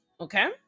Okay